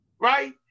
right